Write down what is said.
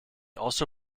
also